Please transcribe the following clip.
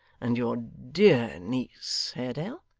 and your dear niece, haredale?